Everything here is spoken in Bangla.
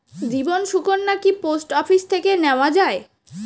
জীবন সুকন্যা কি পোস্ট অফিস থেকে নেওয়া যায়?